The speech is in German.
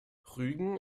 rügen